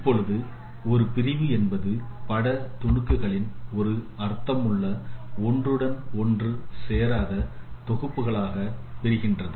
இப்பொழுது ஒரு பிரிவு என்பது பட துணுக்குகளின் ஒரு அர்த்தமுள்ள ஒன்றுடன் ஒன்று சேராத தொகுப்புகளாக பிரிகின்றது